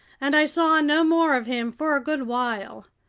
and i saw no more of him for a good while.